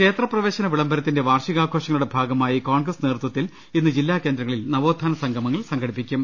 ക്ഷേത്രപ്രവേശന വിളംബരത്തിന്റെ വാർഷികാഘോഷങ്ങ ളുടെ ഭാഗമായി കോൺഗ്രസ് നേതൃത്വത്തിൽ ഇന്ന് ജില്ലാകേ ന്ദ്രങ്ങളിൽ നവോത്ഥാന സംഗമങ്ങൾ സംഘടിപ്പിക്കും